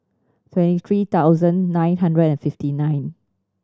twenty three thousand nine hundred and fifty nine